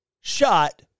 Shot